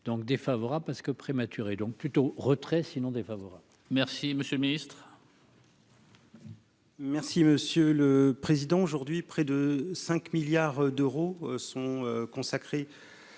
donc défavorable parce que prématurée, donc plutôt retrait sinon défavorable. Merci, monsieur le Ministre. Merci Monsieur le Président, aujourd'hui près de 5 milliards d'euros sont consacrés